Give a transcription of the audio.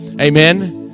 Amen